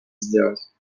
сделать